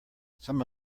some